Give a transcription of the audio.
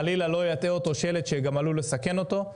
שחלילה לא יטעה אותו שלט שגם עלול לסכן אותו,